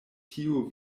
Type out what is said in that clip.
tiu